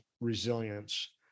resilience